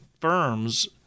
firms